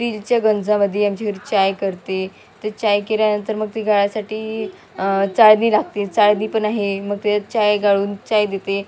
स्टीलच्या गंजामध्ये आमच्या घरी चहा करते ते चहा केल्यानंतर मग ती गाळायसाठी चाळणी लागते चाळणी पण आहे मग ते चहा गाळून चहा देते